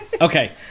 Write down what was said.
Okay